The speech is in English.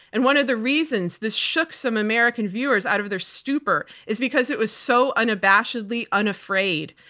and one of the reasons this shook some american viewers out of their stupor is because it was so unabashedly unafraid.